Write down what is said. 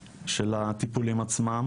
שלהם.